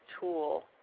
tool